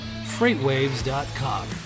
FreightWaves.com